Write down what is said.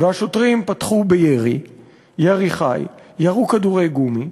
והשוטרים פתחו בירי חי, ירו כדורי גומי,